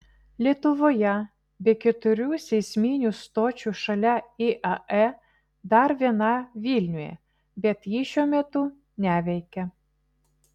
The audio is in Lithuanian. lietuvoje be keturių seisminių stočių šalia iae dar viena yra vilniuje bet ji šiuo metu neveikia